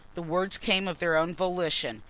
the words came of their own volition.